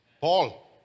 Paul